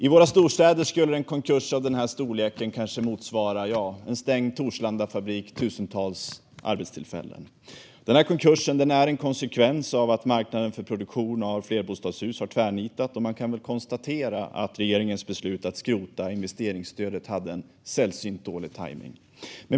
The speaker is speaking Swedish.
I våra storstäder skulle en konkurs av den här storleken motsvara kanske en stängd Torslandafabrik - tusentals arbetstillfällen. Konkursen är en konsekvens av att marknaden för produktion av flerbostadshus har tvärnitat, och man kan väl konstatera att regeringens beslut att skrota investeringsstödet hade en sällsynt dålig tajmning.